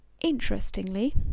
Interestingly